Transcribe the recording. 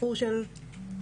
איחור של שנה,